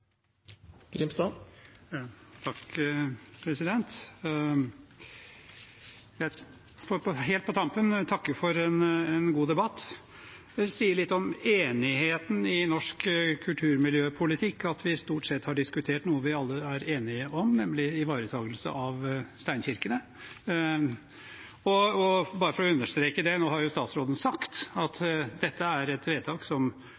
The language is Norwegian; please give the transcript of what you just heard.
Helt på tampen vil jeg takke for en god debatt. Det sier litt om enigheten i norsk kulturmiljøpolitikk at vi stort sett har diskutert noe vi alle er enige om, nemlig ivaretakelse av steinkirkene. Bare for å understreke det, nå har jo statsråden sagt at dette er et vedtak som